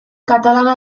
katalana